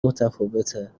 متفاوته